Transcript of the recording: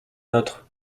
nôtre